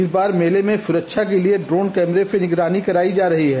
इस बार भी मेले में सुरखा के लिए ड्रोन कैमरे से निगरानी कराई जा रही है